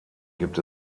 gibt